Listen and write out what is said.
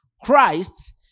Christ